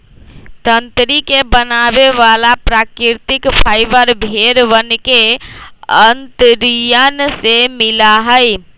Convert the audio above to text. तंत्री के बनावे वाला प्राकृतिक फाइबर भेड़ वन के अंतड़ियन से मिला हई